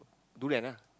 durian ah